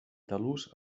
talús